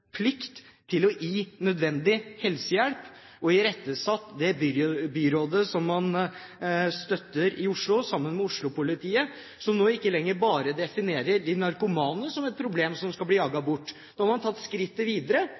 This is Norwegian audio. irettesatt det byrådet man støtter i Oslo, sammen med Oslo-politiet, som nå ikke lenger bare definerer de narkomane som et problem som skal bli jaget bort. Nå har man tatt skrittet videre,